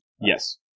Yes